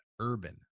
Urban